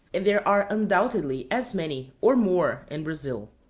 and there are undoubtedly as many, or more, in brazil.